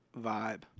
vibe